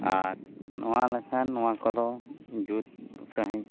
ᱟᱨ ᱱᱚᱣᱟ ᱞᱮᱠᱟ ᱱᱚᱣᱟ ᱠᱚᱫᱚ ᱡᱩᱛ ᱥᱟᱺᱦᱤᱡ